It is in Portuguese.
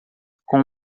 com